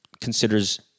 considers